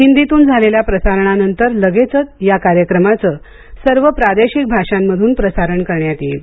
हिंदीतून झालेल्या प्रसारणा नंतर लगेचच या कार्यक्रमाचं सर्व प्रादेशिक भाषांमधून प्रसारण करण्यात येईल